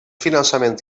finançament